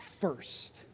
first